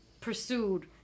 pursued